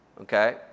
okay